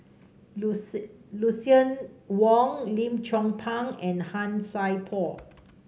Lucien Wang Lim Chong Pang and Han Sai Por